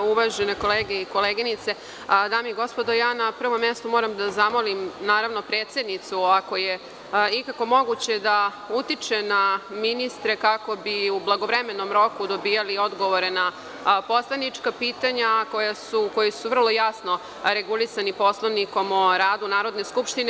Uvažene kolege i koleginice, dame i gospodo, na prvom mestu moram da zamolim predsednicu, ako je ikako moguće, da utiče na ministre kako bi u blagovremenom roku dobijali odgovore na poslanička pitanja koja su vrlo jasno regulisana Poslovnikom o radu Narodne skupštine.